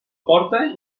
porta